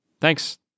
Thanks